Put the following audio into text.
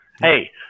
hey